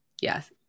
yes